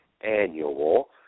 annual